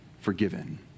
forgiven